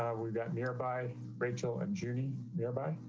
um we got nearby rachel and judy nearby.